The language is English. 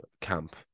camp